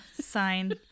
sign